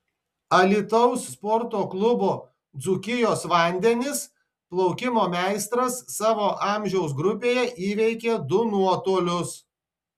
alytaus sporto klubo dzūkijos vandenis plaukimo meistras savo amžiaus grupėje įveikė du nuotolius